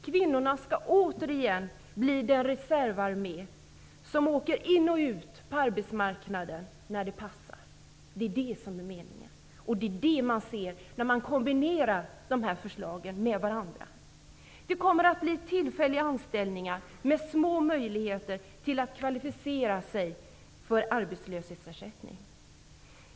Kvinnorna skall återigen utgöra den reservarmé som åker in och ut på arbetsmarknaden allteftersom det passar. Det är det som är meningen. Bilden blir tydlig när man kombinerar dessa förslag med varandra. Det kommer att bli fråga om tillfälliga anställningar, som ger kvinnorna små möjligheter att kvalificera sig för arbetslöshetsersättning.